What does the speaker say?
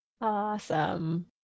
Awesome